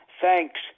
Thanks